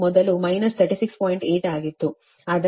8 ಆಗಿತ್ತು ಆದರೆ capacitor C 38